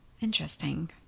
Interesting